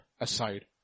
aside